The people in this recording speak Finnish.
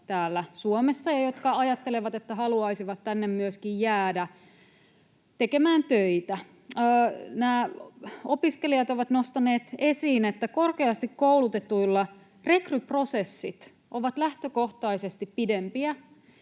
täällä Suomessa ja jotka ajattelevat, että haluaisivat tänne myöskin jäädä tekemään töitä. Nämä opiskelijat ovat nostaneet esiin, että korkeasti koulutetuilla rekryprosessit ovat lähtökohtaisesti pidempiä,